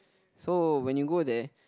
so when you go there